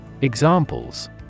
Examples